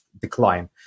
decline